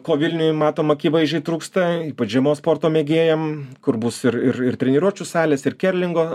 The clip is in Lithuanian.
ko vilniui matom akivaizdžiai trūksta ypač žiemos sporto mėgėjam kur bus ir ir ir treniruočių salės ir kerlingo